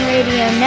Radio